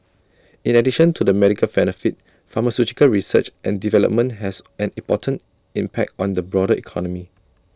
in addition to the medical benefit pharmaceutical research and development has an important impact on the broader economy